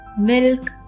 milk